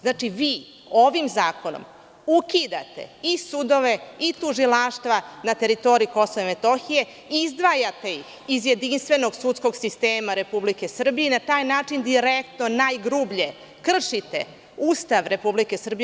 Znači, vi ovim zakonom ukidate i sudove i tužilaštva na teritoriji Kosova i Metohije, izdvajate ih iz jedinstvenog sudskog sistema Republike Srbije i na taj način direktno najgrublje kršite Ustav Republike Srbije.